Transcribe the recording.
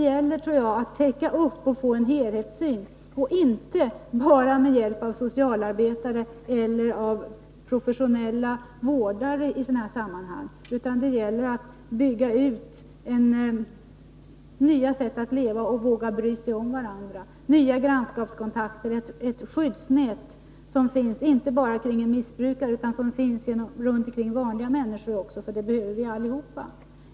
Jagtror att det gäller att få en helhetssyn och inte bara lita på socialarbetare och professionella vårdare; det gäller att bygga ut nya sätt att leva och våga bry sig om varandra; det handlar om nya grannskapskontakter, ett skyddsnät inte bara kring missbrukare utan också kring vanliga människor, för detta behöver vi allihop.